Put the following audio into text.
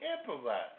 improvise